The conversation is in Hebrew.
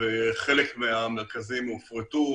וחלק מהמרכזים הופרטו,